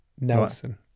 Nelson